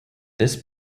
this